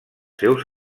seus